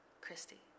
Christy